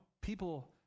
People